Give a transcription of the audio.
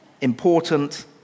important